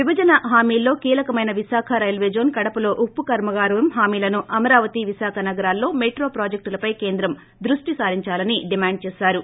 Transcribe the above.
విభజన హామీల్లో కీలకమైన విశాఖ రైల్వేజోస్ కడపలో ఉక్కు కర్మాగారం హామీలను అమరావతి విశాఖ నగరాల్లో మెట్రో ప్రాజెక్టులపై కేంద్రం దృష్టి సారిందాలని డిమాండ్ చేశారు